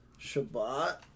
Shabbat